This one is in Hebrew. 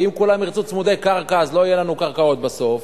ואם כולם ירצו צמודי קרקע לא יהיה לנו קרקעות בסוף,